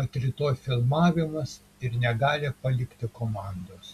kad rytoj filmavimas ir negali palikti komandos